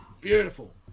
beautiful